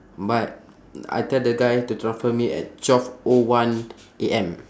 but I tell the guy to transfer me at twelve O one A_M